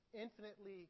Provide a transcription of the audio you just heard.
infinitely